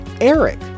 Eric